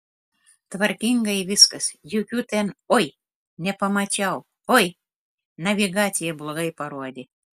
tvarkingai viskas jokių ten oi nepamačiau oi navigacija blogai parodė